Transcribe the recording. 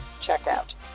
checkout